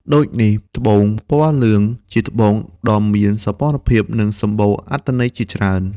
ដូចនេះត្បូងពណ៌លឿង ជាត្បូងដ៏មានសោភ័ណភាព និងសម្បូរអត្ថន័យជាច្រើន។